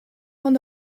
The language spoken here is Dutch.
van